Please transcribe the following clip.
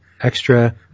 extra